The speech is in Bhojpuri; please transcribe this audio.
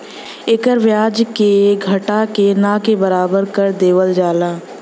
एकर ब्याज के घटा के ना के बराबर कर देवल जाला